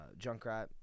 Junkrat